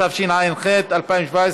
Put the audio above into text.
התשע"ח 2017,